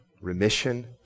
remission